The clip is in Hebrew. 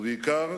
ובעיקר